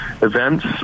events